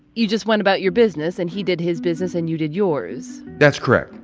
you just went about your business, and he did his business and you did yours that's correct.